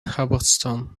hubbardston